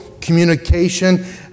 communication